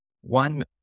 one